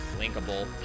linkable